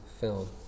film